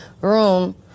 room